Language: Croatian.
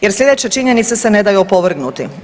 Jer sljedeće činjenice se ne daju opovrgnuti.